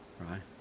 right